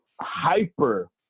hyper